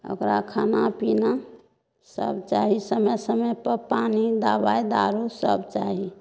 ओकरा खाना पीना सब चाही समय समय पर पानि दबाइ दारू सब चाही